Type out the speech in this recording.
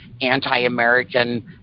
anti-American